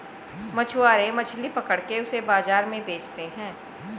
मछुआरे मछली पकड़ के उसे बाजार में बेचते है